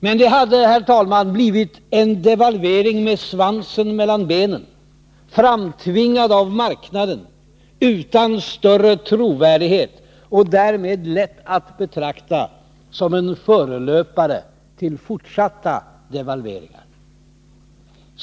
Men det hade, herr talman, blivit en devalvering med svansen mellan benen, framtvingad av marknaden, utan större trovärdighet och därmed lätt att betrakta som en förelöpare till fortsatta devalveringar.